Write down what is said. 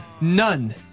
None